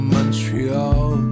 Montreal